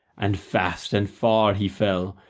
and fast and far he fell,